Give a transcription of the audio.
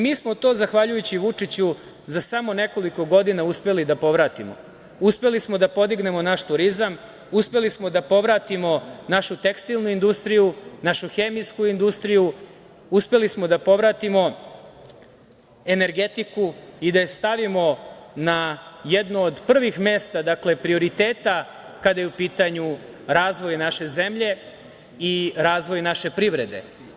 Mi smo to zahvaljujući Vučiću za samo nekoliko godina uspeli da povratimo, uspeli smo da podignemo naš turizam, uspeli smo da povratimo našu tekstilnu industriju, našu hemijsku industriju, uspeli smo da povratimo energetiku i da je stavimo na jedno od prvih mesta prioriteta kada je u pitanju razvoj naše zemlje i razvoj naše privrede.